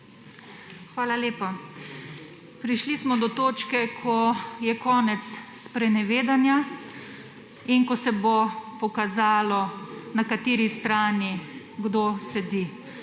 Hvala lepa. Prišli smo do točke, ko je konec sprenevedanja in ko se bo pokazalo, na kateri strani kdo sedi,